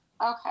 Okay